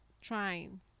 trying